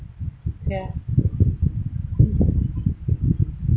ya mm